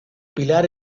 pilar